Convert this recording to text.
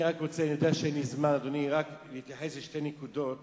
אני רוצה רק להתייחס לשתי נקודות